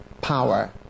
power